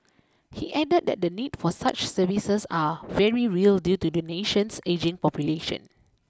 he added that the need for such services are very real due to the nation's ageing population